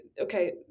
okay